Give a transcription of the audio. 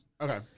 Okay